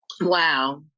Wow